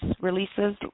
releases